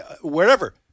wherever